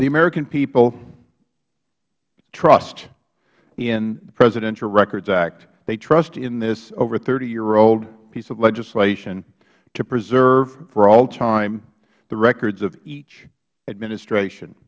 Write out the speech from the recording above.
the american people trust in the presidential records act they trust in this over thirty year old piece of legislation to preserve for all time the records of each administration